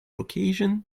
occasion